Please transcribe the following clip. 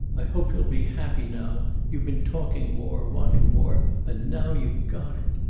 i hope you'll be happy, now. you've been talking war, wanting war and now you've got it.